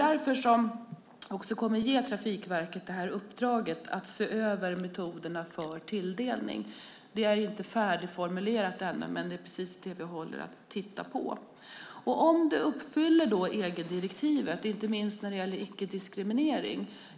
Därför kommer vi att ge Trafikverket i uppdrag att se över metoderna för tilldelning. Uppdraget är inte färdigformulerat ännu, men det håller vi precis på att titta på. Uppfyller det EG-direktivet, inte minst när det gäller icke-diskriminering?